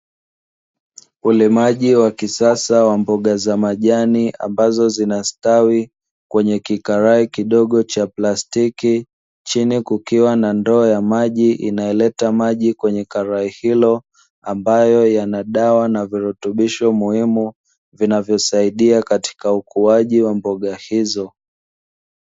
Ulimaji wa kisasa wa mboga za majani ambazo zinastawi kwenye kikarai kidogo cha plastiki chini kukiwa na ndoa ya maji inaleta maji kwenye karahi hilo, ambayo yana dawa na virutubisho muhimu vinavyosaidia katika ukuaji wa mboga hizo.